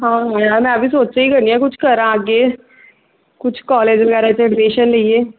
ਹਾਂ ਮੈਂ ਵੀ ਸੋਚਿਆ ਹੀ ਕਰਦੀ ਹਾਂ ਕੁਛ ਕਰਾਂ ਅੱਗੇ ਕੁਛ ਕੋਲਜ ਵਗੈਰਾ 'ਚ ਐਡਮੀਸ਼ਨ ਲਈਏ